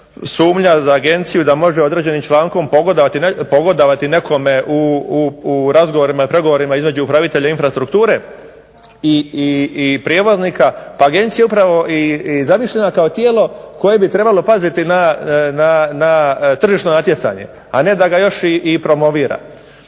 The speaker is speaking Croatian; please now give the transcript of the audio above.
Sumnja za agenciju da može određenim člankom pogodovati nekome u razgovorima i pregovorima između upravitelja infrastrukture i prijevoznika, pa agencija je upravo i zamišljena kao tijelo koje bi trebalo paziti na tržišno natjecanje, a ne da ga još i promovira.